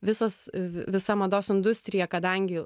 visos visa mados industrija kadangi